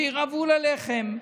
שירעבו ללחם.